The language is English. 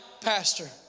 pastor